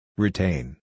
Retain